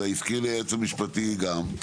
והזכיר לי היועץ המשפטי גם,